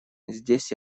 здесь